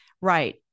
right